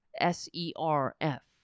S-E-R-F